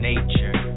Nature